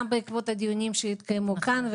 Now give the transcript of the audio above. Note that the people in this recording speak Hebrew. גם בעקבות הדיונים שהתקיימו כאן,